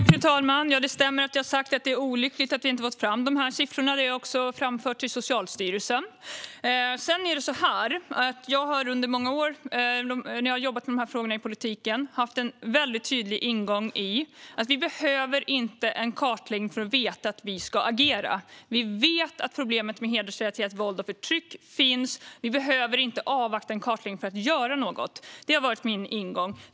Fru talman! Det stämmer att jag har sagt att det är olyckligt att vi inte har fått fram de här siffrorna. Det har jag också framfört till Socialstyrelsen. Sedan är det så att jag under många år, när jag har jobbat med de här frågorna i politiken, har haft en tydlig ingång i att vi inte behöver en kartläggning för att veta att vi ska agera. Vi vet att problemet med hedersrelaterat våld och förtryck finns, och vi behöver inte avvakta en kartläggning för att göra något. Detta har alltså varit min ingång.